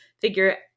figure